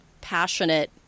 passionate